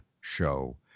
Show